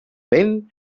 vent